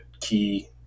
key